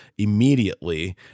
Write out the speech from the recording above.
immediately